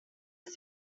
ist